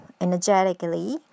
energetically